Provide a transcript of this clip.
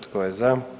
Tko je za?